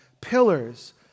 pillars